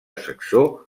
saxó